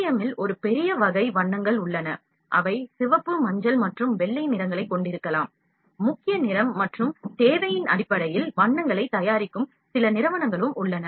எம்மில் ஒரு பெரிய வகை வண்ணங்கள் உள்ளன அவை சிவப்பு மஞ்சள் மற்றும் வெள்ளை நிறங்களைக் கொண்டிருக்கலாம் முக்கிய நிறம் மற்றும் தேவையின் அடிப்படையில் வண்ணங்களைத் தயாரிக்கும் சில நிறுவனங்களும் உள்ளன